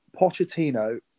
Pochettino